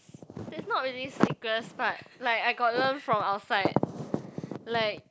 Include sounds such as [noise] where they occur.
[noise] it's not really secrets but like I got learn from outside like